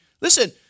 Listen